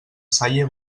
salle